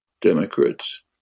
Democrats